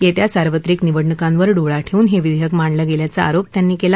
येत्या सार्वत्रिक निवडणुकांवर डोळा ठेऊन हे विधेयक मांडलं गेल्याचा आरोप त्यांनी केला